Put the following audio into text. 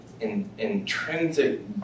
intrinsic